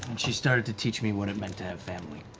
and she started to teach me what it meant to have family.